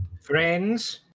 Friends